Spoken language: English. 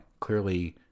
clearly